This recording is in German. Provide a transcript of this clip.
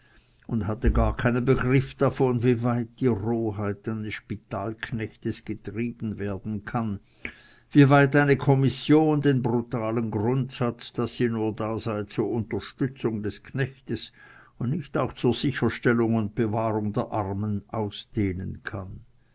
und hatte gar keinen begriff davon wie weit die roheit eines spitalknechtes getrieben werden kann wie weit eine kommission den brutalen grundsatz daß sie nur da sei zur unterstützung des knechtes und nicht auch zur sicherstellung und bewahrung der armen ausdehnen kann